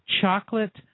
chocolate